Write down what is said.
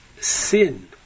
sin